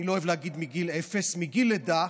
אני לא אוהב להגיד מגיל אפס מגיל לידה.